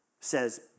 says